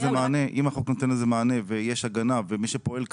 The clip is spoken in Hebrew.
החוק נותן לזה מענה ויש הגנה ומי שפועל כך,